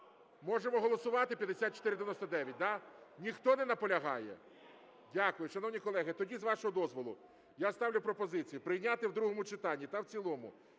Можемо голосувати 5499, да? Ніхто не наполягає? Дякую. Шановні колеги, тоді, з вашого дозволу, я ставлю пропозицію прийняти в другому читанні та в цілому